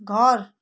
घर